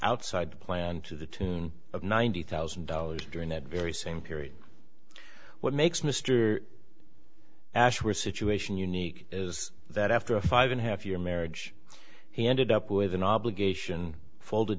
outside the plan to the tune of ninety thousand dollars during that very same period what makes mr ashworth situation unique is that after a five and a half year marriage he ended up with an obligation fold